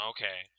Okay